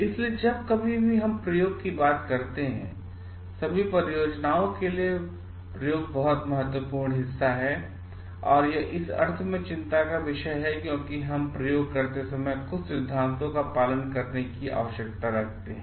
इसलिए जब हम प्रयोग की बात करते हैं सभी परियोजनाओं के लिए प्रयोग बहुत महत्वपूर्ण हिस्सा है यह इस अर्थ में चिंता का विषय है क्योंकि हमें प्रयोग करते समय कुछ सिद्धांतों का पालन करने की आवश्यकता है